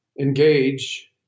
engage